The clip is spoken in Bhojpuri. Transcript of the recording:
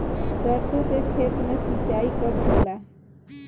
सरसों के खेत मे सिंचाई कब होला?